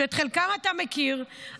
שאת חלקם אתה מכיר,